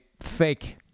fake